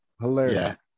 hilarious